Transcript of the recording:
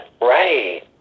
right